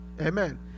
Amen